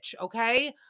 Okay